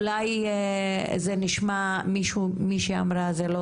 אולי זה נשמע ומישהי גם אמרה את זה פה